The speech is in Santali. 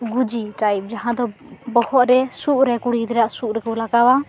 ᱜᱩᱡᱤ ᱴᱟᱭᱤᱯ ᱡᱟᱦᱟᱸ ᱫᱚ ᱵᱚᱦᱚᱜ ᱨᱮ ᱥᱩᱫ ᱨᱮ ᱠᱩᱲᱤ ᱜᱤᱫᱽᱨᱟᱹ ᱟᱜ ᱥᱩᱫ ᱨᱮᱠᱚ ᱞᱟᱜᱟᱣᱟ